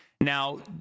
Now